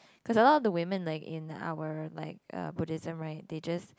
cause a lot of women like in our like uh Buddhism right they just